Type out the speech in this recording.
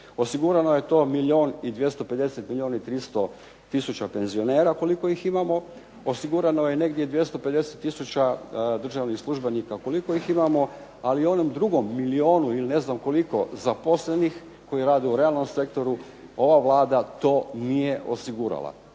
Osigurano je to milijun i 250, milijun i 300000 penzionera koliko ih imamo. Osigurano je negdje 250000 državnih službenika koliko ih imamo. Ali onom drugom milijunu ili ne znam koliko zaposlenih koji rade u realnom sektoru ova Vlada to nije osigurala.